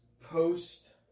post